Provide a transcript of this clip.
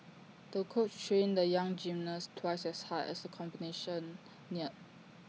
the coach trained the young gymnast twice as hard as the competition neared